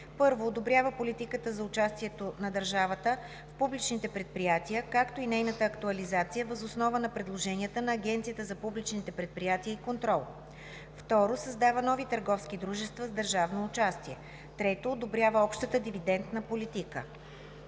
1. одобрява политика за участието на държавата в публичните предприятия, както и нейната актуализация въз основа на предложенията на Агенцията за публичните предприятия и контрол; 2. създава нови търговски дружества с държавно участие; 3. одобрява общата дивидентна политика.“